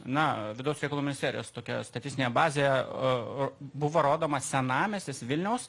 na vidaus reikalų ministerijos tokia statistinė bazėje buvo rodomas senamiestis vilniaus